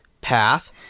path